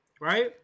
right